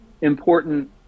important